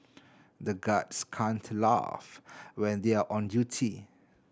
the guards can't laugh when they are on duty